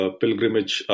pilgrimage